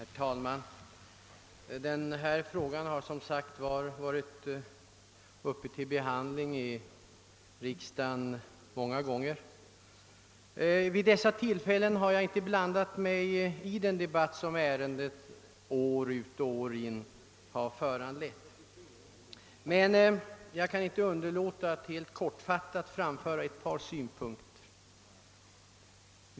Herr talman! Denna fråga har behandlats många gånger tidigare i riksdagen. Vid dessa tillfällen har jag inte blandat mig i den debatt som ärendet år efter år har föranlett, men jag kan inte underlåta att nu helt kortfattat framföra ett par synpunkter.